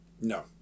No